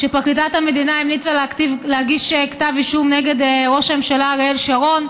כשפרקליטת המדינה המליצה להגיש כתב אישום נגד ראש הממשלה אריאל שרון.